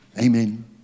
Amen